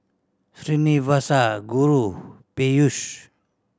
Srinivasa Guru Peyush